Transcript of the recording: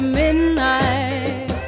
midnight